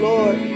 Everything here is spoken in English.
Lord